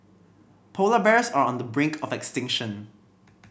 polar bears are on the brink of extinction